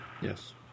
Yes